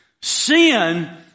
Sin